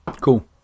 Cool